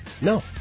No